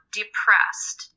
depressed